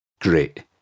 great